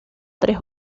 tres